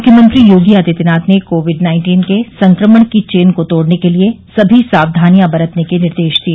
मूख्यमंत्री योगी आदित्यनाथ ने covid nineteen के संक्रमण की चेन को तोड़ने के लिये सभी सावधानियां बरतने के निर्देश दिए